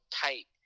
tight